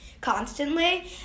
constantly